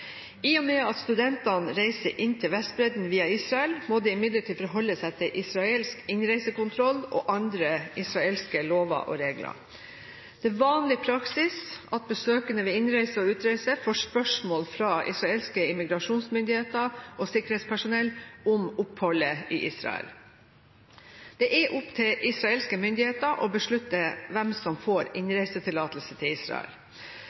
I og med at studentene reiser inn til Vestbredden via Israel, må de imidlertid forholde seg til israelsk innreisekontroll og andre israelske lover og regler. Det er vanlig praksis at besøkende ved innreise og utreise får spørsmål fra israelske immigrasjonsmyndigheter og sikkerhetspersonell om oppholdet i Israel. Det er opp til israelske myndigheter å beslutte hvem som får innreisetillatelse til Israel.